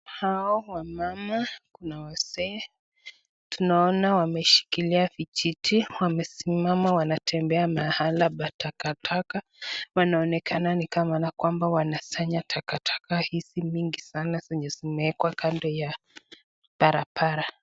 Hao wamama, kuna wazee. Tunaona wameshikilia vijiti, wamesimama wanatembea mahala pa takataka. Wanaonekana ni kana kwamba wanasanya taktaka hizi mingi sana zenye zimewekwa kando ya barabara.